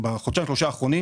בחודשיים-שלושה האחרונים